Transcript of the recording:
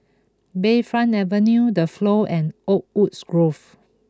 Bayfront Avenue The Flow and Oakwoods Grove